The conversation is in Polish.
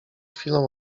chwilą